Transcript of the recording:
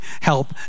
help